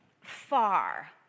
far